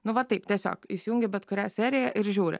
nu vat taip tiesiog įsijungi bet kurią seriją ir žiūri